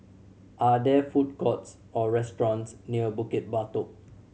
are there food courts or restaurants near Bukit Batok